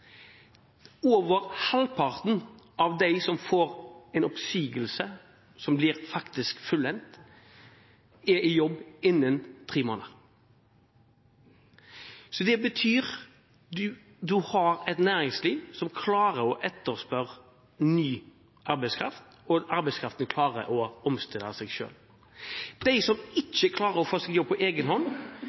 Over halvparten av dem som får en oppsigelse, er i jobb igjen innen tre måneder. Det betyr at man har et næringsliv som klarer å etterspørre ny arbeidskraft, og arbeidskraften klarer å omstille seg. For dem som ikke klarer å få jobb på